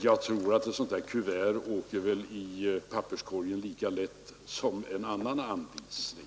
Jag tror att ett sådant kuvert åker i papperskorgen lika lätt som en annan anvisning.